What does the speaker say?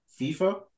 FIFA